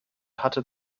hatte